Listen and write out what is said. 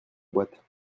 boîte